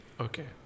Okay